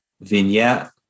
Vignette